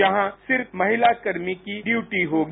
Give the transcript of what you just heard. जहां सिर्फ महिला कर्मी की ड्यूटी होगी